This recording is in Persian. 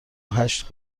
هشت